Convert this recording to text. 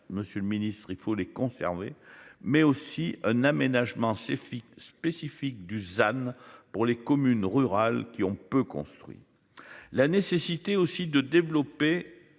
Monsieur le ministre, il faut les conserver mais aussi un aménagement fixe spécifique du Dusan pour les communes rurales qui ont peu construit la nécessité aussi de développer